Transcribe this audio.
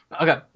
Okay